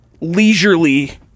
leisurely